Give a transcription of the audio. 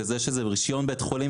וזה שזה רישיון בית חולים,